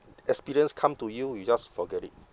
experience come to you you just forget it